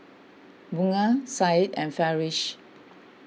Bunga Syed and Farish